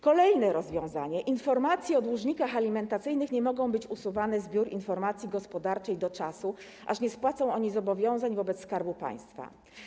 Kolejne rozwiązanie: informacje o dłużnikach alimentacyjnych nie mogą być usuwane z biur informacji gospodarczej do czasu, aż nie spłacą oni zobowiązań wobec Skarbu Państwa.